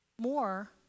more